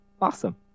Awesome